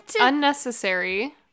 unnecessary